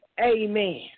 amen